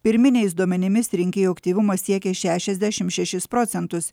pirminiais duomenimis rinkėjų aktyvumas siekė šešiasdešimt šešis procentus